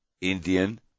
Indian